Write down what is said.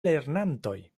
lernantoj